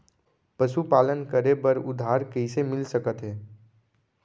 पशुपालन करे बर उधार कइसे मिलिस सकथे?